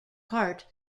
part